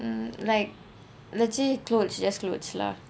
mm like legit clothes just clothes lah